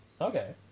okay